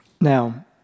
now